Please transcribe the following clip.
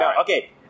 Okay